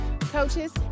coaches